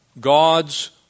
God's